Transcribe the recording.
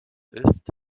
ist